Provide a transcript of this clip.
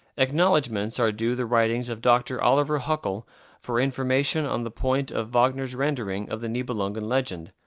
acknowledgments are due the writings of dr. oliver huckel for information on the point of wagner's rendering of the nibelungen legend,